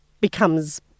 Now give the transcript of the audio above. becomes